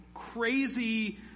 crazy